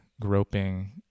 groping